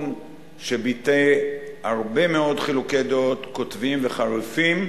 שביטא הרבה מאוד חילוקי דעות קוטביים וחריפים,